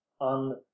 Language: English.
on